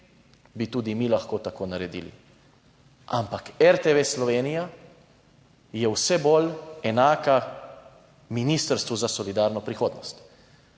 bi tudi mi lahko tako naredili. Ampak RTV Slovenija je vse bolj enaka Ministrstvu za solidarno prihodnost.